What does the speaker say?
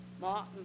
Martin